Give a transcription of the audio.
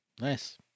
Nice